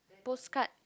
postcard